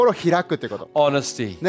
honesty